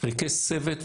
ריכז צוות,